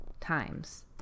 times